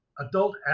adult